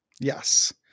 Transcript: Yes